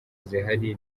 zihari